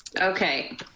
okay